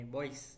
Boys